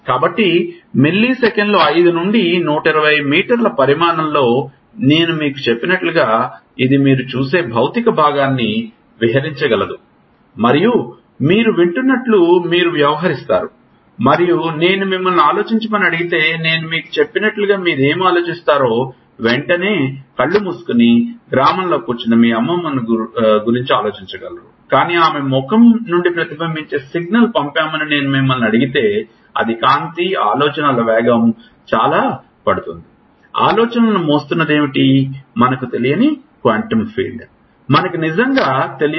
కాబట్టి మిల్లీసెకన్లు 5 నుండి 120 మీటర్ల పరిమాణంలో నేను మీకు చెప్పినట్లుగా ఇది మీరు చూసే భౌతిక భాగాన్ని ఇంకా వివరించగలదు మరియు మీరు వింటున్నట్లు మీరు వ్యవహరిస్తారు మరియు నేను మిమ్మల్ని ఆలోచించమని అడిగితే నేను మీకు చెప్పినట్లుగా మీరు ఏమి ఆలోచిస్తారో వెంటనే కళ్ళు మూసుకుని గ్రామంలో కూర్చున్న మీ అమ్మమ్మ గురించి ఆలోచించగలరు కాని ఆమె ముఖం నుండి ప్రతిబింబించే సిగ్నల్ పంపమని నేను మిమ్మల్ని అడిగితే అది కాంతి ఆలోచనల వేగం చాలా పడుతుంది ఆలోచనలను మోస్తున్నది ఏమిటి మనకు తెలియని క్వాంటం ఫీల్డ్ మనకు నిజంగా తెలియదు